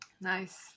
Nice